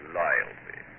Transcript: loyalty